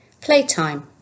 playtime